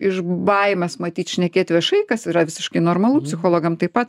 iš baimės matyt šnekėt viešai kas yra visiškai normalu psichologam taip pat